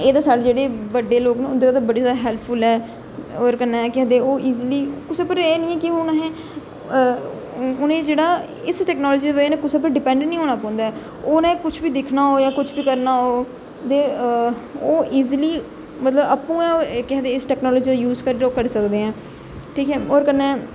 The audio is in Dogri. एह ते साढ़ा जेहडे़ बडे़ लोक ना उंदी ते बड़ी ज्यादा हैल्पफुल ऐ और कन्नै केह् आखदे और ईजली कुसे उप्पर एह् नेई ऐ कि हून आसें उनेंगी जेहड़ा इस टेक्नोलाॅजी दी बजह कन्नै कुसै उप्पर डिपेंड नी होना पौंदा ऐ उनें कुछ बी दिक्खना होऐ जा कुछ बी करना होग दे ओह् इजली मतलब आपू गै ओह् केह् आक्खदे इस टैक्नोलाॅजी दा यूज करी सकदा ऐ ठीक ऐ और कन्नै